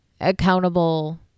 accountable